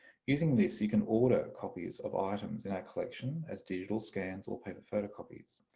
using this you can order copies of items in our collection as digital scans or paper photocopies.